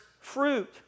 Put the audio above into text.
fruit